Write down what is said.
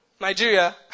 Nigeria